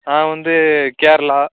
நான் வந்து கேரளா